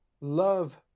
Love